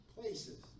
places